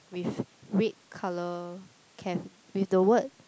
with red colour caf~ with the word